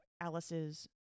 Alice's